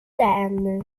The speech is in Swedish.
ännu